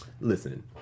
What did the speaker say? Listen